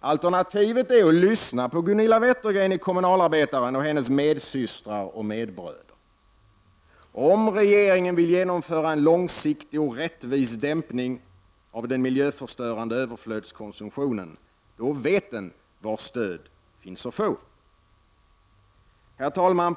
Alternativet är att lyssna på Gunilla Wettergren i Kommunalarbetaren och hennes medsystrar och medbröder. Om regeringen vill genomföra en långsiktig och rättvis dämpning av den miljöförstörande överflödskonsumtionen, då vet den var stöd finns att få. Herr talman!